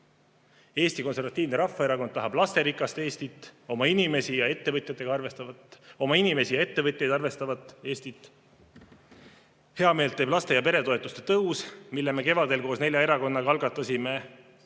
Konservatiivne Rahvaerakond tahab lasterikast Eestit, oma inimesi ja ettevõtteid arvestavat Eestit. Heameelt teeb laste- ja peretoetuste tõus, mille me kevadel koos nelja erakonnaga algatasime.